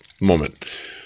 moment